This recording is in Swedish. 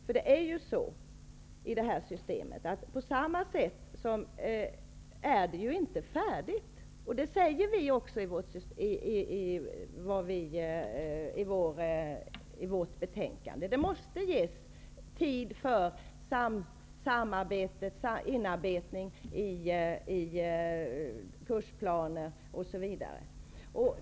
Systemet är ju inte färdigt i och med att det finns ett förslag från betygsberedningen, och det säger vi också i vårt betänkande. Det måste ges tid för inarbetning i kursplaner, osv.